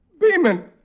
Beeman